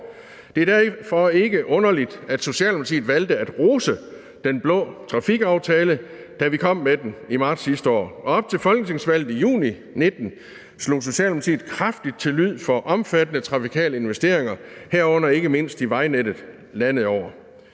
Det er derfor ikke underligt, at Socialdemokratiet valgte at rose den blå trafikaftale, da vi kom med den i marts sidste år. Og op til folketingsvalget i juni 2019 slog Socialdemokratiet kraftigt til lyd for omfattende trafikale investeringer, herunder ikke mindst i vejnettet landet over.